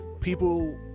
People